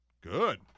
Good